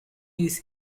youth